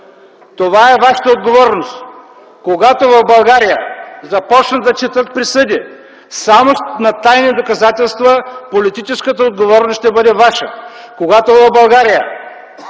Това е вашата отговорност. Когато в България започнат да четат присъди само на тайни доказателства, политическата отговорност ще бъде ваша. Когато в България